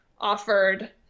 offered